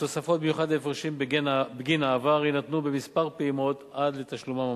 התוספות ובמיוחד ההפרשים בגין העבר יינתנו בכמה פעימות עד לתשלומם המלא.